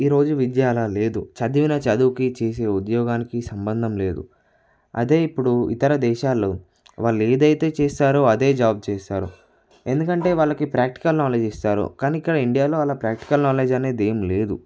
ఈ రోజు విద్య అలా లేదు చదివిన చదువుకి చేసే ఉద్యోగానికి సంబంధం లేదు అదే ఇప్పుడు ఇతర దేశాల్లో వాళ్ళు ఏదైతే చేస్తారో అదే జాబ్ చేస్తారు ఎందుకంటే వాళ్ళకి ప్రాక్టికల్ నాలెడ్జ్ ఇస్తారు కానీ ఇక్కడ ఇండియాలో అలా ప్రాక్టికల్ నాలెడ్జ్ అనేది ఏమి లేదు